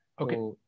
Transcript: okay